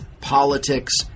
politics